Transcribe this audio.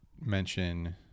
mention